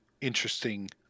Interesting